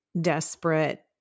desperate